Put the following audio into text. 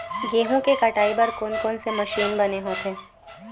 गेहूं के कटाई बर कोन कोन से मशीन बने होथे?